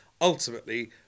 ultimately